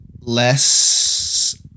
less